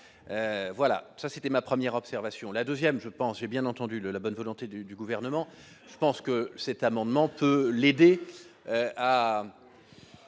voilà, ça c'était ma première observation, la 2ème, je pense, bien entendu, de la bonne volonté du du gouvernement, je pense que c'est amendement peut l'aider